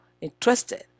interested